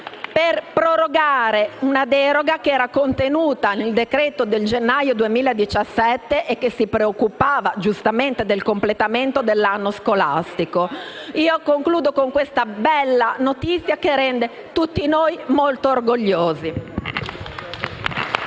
a prorogare una deroga contenuta in un provvedimento del gennaio 2017 che si preoccupava giustamente del completamento dell'anno scolastico. Concludo con questa bella notizia che rende tutti noi molto orgogliosi.